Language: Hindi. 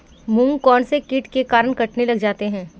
मूंग कौनसे कीट के कारण कटने लग जाते हैं?